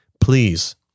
please